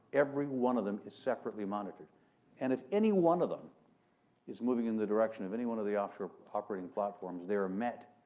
every one of them is separately monitored and if any one of them is moving in the direction of any one of the offshore operating platforms they are met,